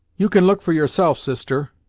you can look for yourself, sister,